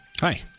hi